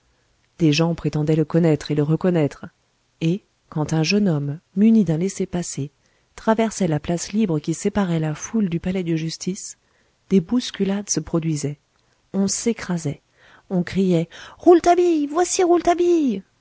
des gens prétendaient le connaître et le reconnaître et quand un jeune homme muni d'un laissez-passer traversait la place libre qui séparait la foule du palais de justice des bousculades se produisaient on s'écrasait on criait rouletabille voici